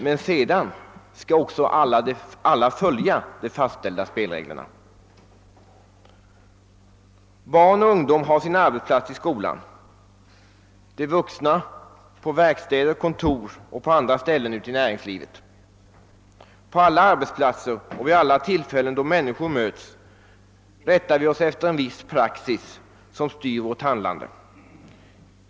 Men sedan skall också alla följa de fastställda spelreglerna. Barn och ungdom har sin arbetsplats i skolan, de vuxna på verkstäder, kontor och på andra ställen ute i näringslivet. På alla arbetsplatser och vid alla tillfällen då människor möts rättar vi oss efter en viss praxis som styr vårt handlande.